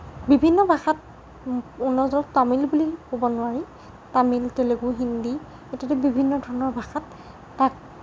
বিভিন্ন ভাষাত মূলতঃ তামিল বুলি ক'ব নোৱাৰি তামিল তেলেগু হিন্দী ইত্যাদি বিভিন্ন ধৰণৰ ভাষাত তাক